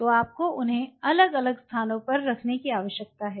तो आपको उन्हें अलग अलग स्थानों पर रखने की आवश्यकता है